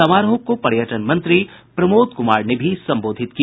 समारोह को पर्यटन मंत्री प्रमोद कुमार ने भी संबोधित किया